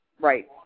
Right